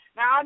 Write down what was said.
Now